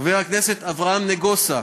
חבר הכנסת אברהם נגוסה,